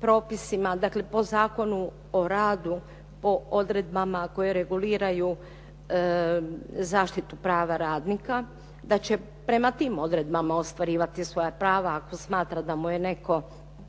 propisima, dakle po Zakonu u radu po odredbama koje reguliraju zaštitu prava radnika, da će prema tim odredbama ostvarivati svoja prava ako smatra da mu je neko